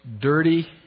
Dirty